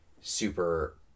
super